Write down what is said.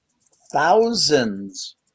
thousands